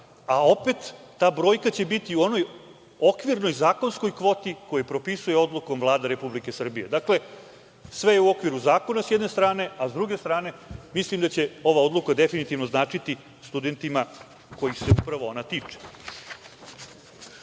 a opet ta brojka će biti u onoj okvirnoj zakonskoj kvoti koji propisuje odluka Vlade RS.Dakle, sve je u okviru zakona sa jedne strane, a sa druge strane mislim da će ova odluka definitivno značiti studentima kojih se upravo ona tiče. Na